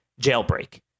jailbreak